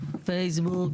פייסבוק,